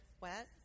wet